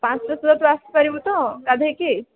ପାଞ୍ଚ ଟା ସୁଦ୍ଧା ତୁ ଆସିପାରିବୁ ତ ଗାଧୋଇକି